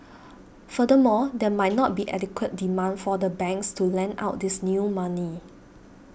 furthermore there might not be adequate demand for the banks to lend out this new money